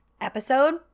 episode